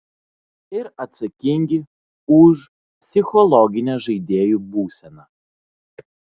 ir atsakingi už psichologinę žaidėjų būseną